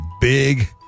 big